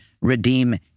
redeem